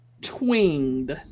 twinged